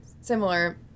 similar